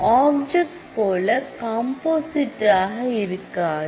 object போல composite ஆக இருக்காது